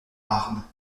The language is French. armes